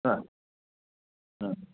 हां हं